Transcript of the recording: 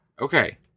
Okay